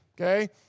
okay